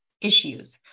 issues